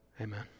Amen